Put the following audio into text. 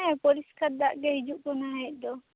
ᱦᱮᱸ ᱯᱚᱨᱤᱥᱠᱟᱨ ᱫᱟᱜᱽ ᱜᱮ ᱦᱤᱡᱩᱜ ᱟᱠᱟᱱᱟ ᱦᱮᱡ ᱫᱚ